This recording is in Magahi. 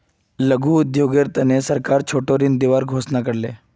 लघु उद्योगेर तने सरकार छोटो ऋण दिबार घोषणा कर ले